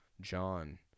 John